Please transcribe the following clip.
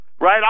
right